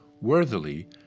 worthily